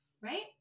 Right